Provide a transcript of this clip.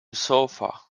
sofa